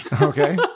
Okay